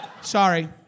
Sorry